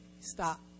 Stop